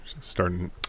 starting